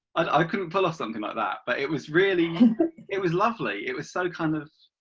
i couldn't pull off something like that. but it was really it was lovely! it was so kind of